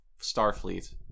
Starfleet